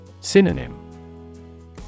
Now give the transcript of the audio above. Synonym